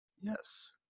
Yes